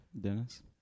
Dennis